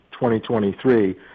2023